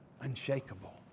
Unshakable